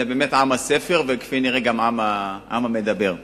באמת עם הספר, וכפי הנראה גם העם המדבר.